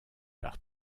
par